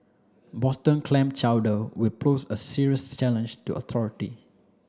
Boston clam chowder will pose a serious challenge to authority